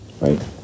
right